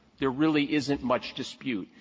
there really isn't much dispute.